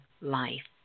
life